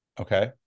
okay